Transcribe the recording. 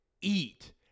eat